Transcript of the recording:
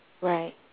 Right